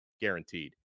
guaranteed